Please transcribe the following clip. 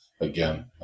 again